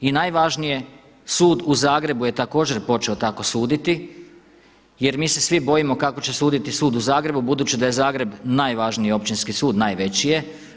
I najvažnije sud u Zagrebu je također počeo tako suditi, jer mi se svi bojimo kako će suditi sud u Zagrebu budući da je Zagreb najvažniji Općinski sud, najveći je.